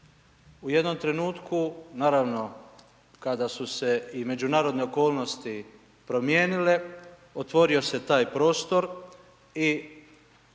U jednom trenutku naravno kada su se i međunarodne okolnosti promijenile otvorio se taj prostor i